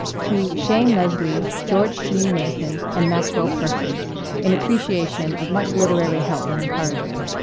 to shane leslie, george jean nathan and maxwell perkins in appreciation of much literary help and encouragement